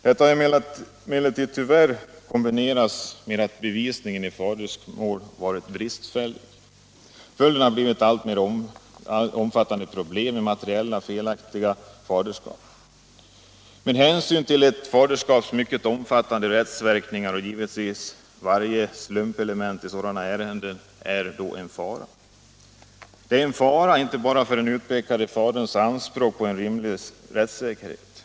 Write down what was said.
Detta har emellertid tyvärr kombinerats med att bevisningen i faderskapsmål varit bristfällig. Följden har blivit ett alltmer omfattande problem med materiellt felaktiga faderskap. Med hänsyn till ett faderskaps mycket omfattande rättsverkningar är givetvis varje slumpelement i sådana ärenden en fara. Det är en fara inte bara för den utpekade faderns anspråk på rimlig rättssäkerhet.